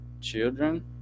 children